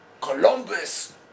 Columbus